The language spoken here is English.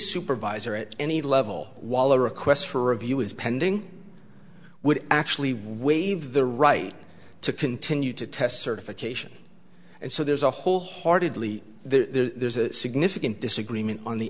supervisor at any level waller request for review is pending would actually waive the right to continue to test certification and so there's a whole heartedly there's a significant disagreement on the